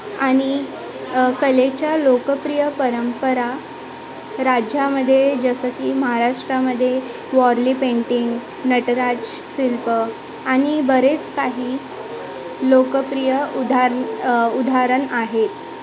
आणि कलेच्या लोकप्रिय परंपरा राज्यामध्ये जसं की महाराष्ट्रामध्ये वॉरली पेंटिंग नटराज शिल्प आणि बरेच काही लोकप्रिय उधार उदाहरण आहेत